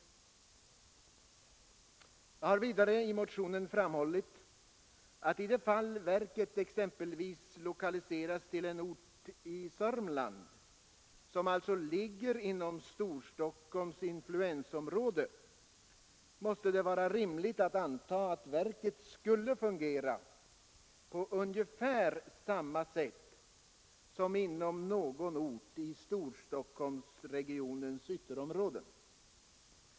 Jag har vidare i motionen framhållit att i det fall verket exempelvis lokaliseras till en ort i Södermanland, som alltså ligger inom Storstockholms influensområde, måste det vara rimligt att anta att verket skulle fungera på ungefär samma sätt som inom någon ort i Storstockholmsregionens ytterområden.